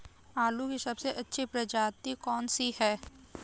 आलू की सबसे अच्छी प्रजाति कौन सी है?